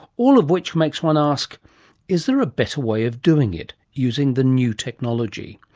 all of which makes one ask is there a better way of doing it using the new technology,